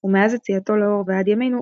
ומאז יציאתו לאור ועד ימינו,